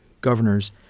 governors